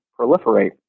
proliferate